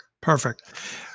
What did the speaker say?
Perfect